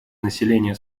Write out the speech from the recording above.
населения